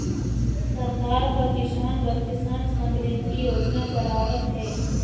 सरकार ह किसान बर किसान समरिद्धि योजना चलावत हे